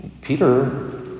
Peter